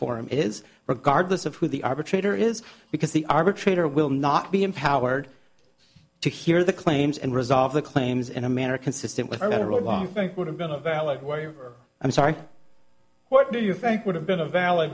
form is regardless of who the arbitrator is because the arbitrator will not be empowered to hear the claims and resolve the claims in a manner consistent with their literal long think would have been a valid way or i'm sorry what do you think would have been a val